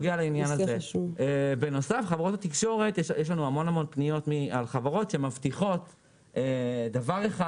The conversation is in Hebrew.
בנוסף יש לנו המון פניות מחברות שמבטיחות דבר אחד